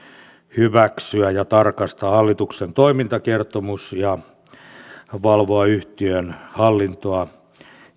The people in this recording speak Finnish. hyväksyä ja tarkastaa hallituksen toimintakertomus valvoa yhtiön hallintoa